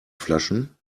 flaschen